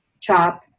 CHOP